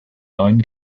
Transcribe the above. neuen